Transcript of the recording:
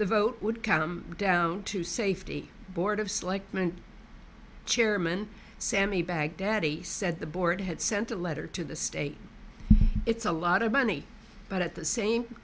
the vote would come down to safety board of selectmen chairman sammy baghdadi said the board had sent a letter to the state it's a lot of money but at the same